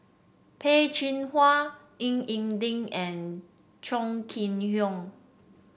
Peh Chin Hua Ying E Ding and Chong Kee Hiong